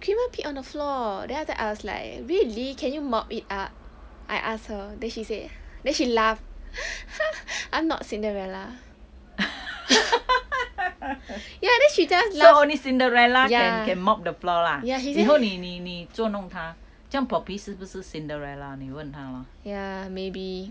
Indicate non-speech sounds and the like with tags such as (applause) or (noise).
creamer peed on the floor then I was like really can you mop it ah I ask her then she said then she laughed (laughs) I'm not cinderella ya then she just laugh ya ya ya maybe